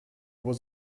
was